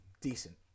decent